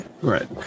Right